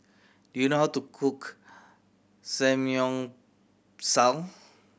do you know how to cook Samgyeopsal